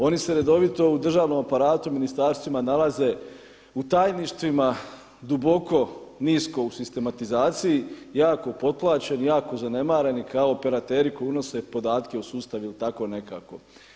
Oni se redovito u državnom aparatu, ministarstvima nalaze u tajništvima duboko nisko u sistematizaciji, jako potplaćeni, jako zanemareni kao operateri koji unose podatke u sustav ili tako nekako.